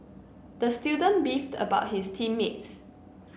the student beefed about his team mates